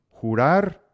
Jurar